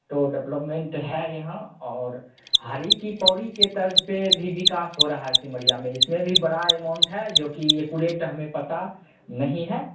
तो डेवलपमेन्ट है यहाँ और हरी की पौड़ी के तर्ज़ पर भी विकास हो रहा है सिमरिया में इसमें भी बड़ा एमाउंट है जो कि एकुरेट हमें पता नहीं है